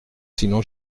sinon